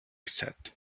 said